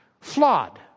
flawed